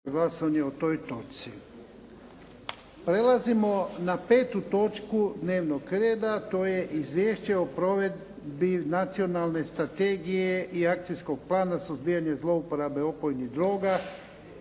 Prelazimo na 5. točku dnevnog reda. To je: - Izvješće o provedbi Nacionalne strategije i Akcijskog plana suzbijanja zlouporabe opojnih droga